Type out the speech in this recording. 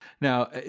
Now